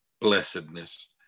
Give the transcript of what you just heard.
blessedness